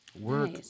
Work